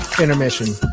intermission